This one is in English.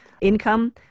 income